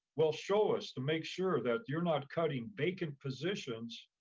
well, show us to make sure that you're not cutting vacant positions,